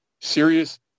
serious